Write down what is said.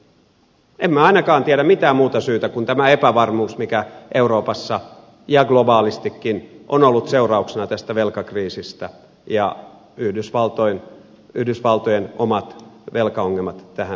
en minä ainakaan tiedä mitään muuta syytä kuin tämän epävarmuuden mikä euroopassa ja globaalistikin on ollut seurauksena tästä velkakriisistä ja yhdysvaltojen omat velkaongelmat tähän lisänä